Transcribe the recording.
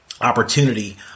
opportunity